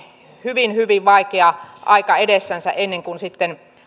hyvin hyvin vaikea aika edessänsä ennen kuin sitten